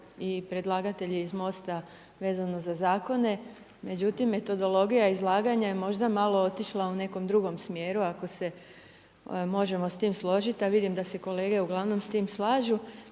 i predlagatelji iz MOST-a vezano za zakone. Međutim, metodologija izlaganja je možda malo otišla u nekom drugom smjeru ako se možemo s tim složiti a vidim da se kolege uglavnom s tim slažu